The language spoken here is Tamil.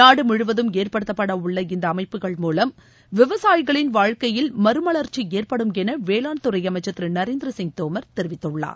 நாடு முழுவதும் ஏற்படுத்தப்பட உள்ள இந்த அமைப்புகள் மூலம் விவசாயிகளின் வாழ்க்கையில் மறுமலர்ச்சி ஏற்படும் என வேளாண்துறை அமைச்சர் திரு நரேந்திரசிங் தோமர் தெரிவித்துள்ளார்